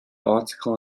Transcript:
article